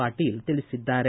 ಪಾಟೀಲ್ ತಿಳಿಸಿದ್ದಾರೆ